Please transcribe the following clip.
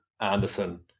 Anderson